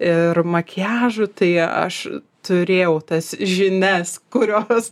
ir makiažu tai aš turėjau tas žinias kurios